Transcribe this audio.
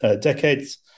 decades